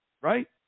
Right